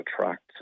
attract